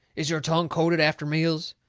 is your tongue coated after meals?